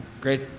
Great